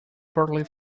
partly